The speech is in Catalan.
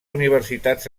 universitats